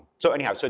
so, anyhow, so